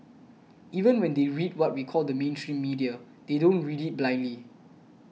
even when they read what we call the mainstream media they don't read it blindly